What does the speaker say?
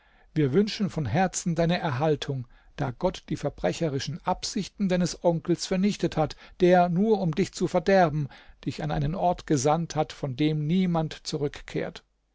wir wünschen von herzen deine erhaltung da gott die verbrecherischen absichten deines onkels vernichtet hat der nur um dich zu verderben dich an einen ort gesandt hat von dem niemand zurückkehrt